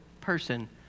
person